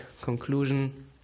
conclusion